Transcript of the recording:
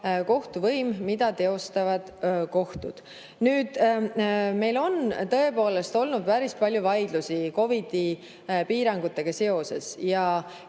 kohtuvõim, mida teostavad kohtud. Meil on tõepoolest olnud päris palju vaidlusi COVID‑i piirangutega seoses.